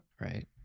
Right